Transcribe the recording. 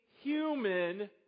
human